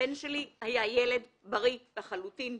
הבן שלי היה ילד בריא לחלוטין.